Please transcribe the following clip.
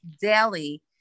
daily